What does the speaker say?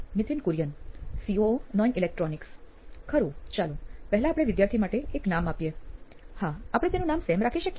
Nithin Kurian COO નોઇન electronics ખરું ચાલો પહેલા આપણે વિદ્યાર્થી માટે એક નામ આપીએ હા આપણે તેનું નામ સેમ રાખી શકીએ